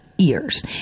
years